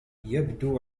يبدو